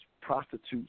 prostitutes